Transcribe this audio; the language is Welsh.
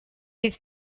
bydd